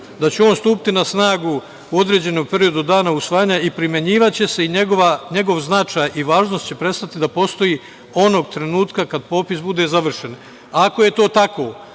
da će on stupiti na snagu u određenom periodu od dana usvajanja i primenjivaće se i njegov značaj i važnost će prestati da postoji onog trenutka kada popis bude završen. Ako je to tako,